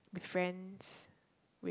be friends with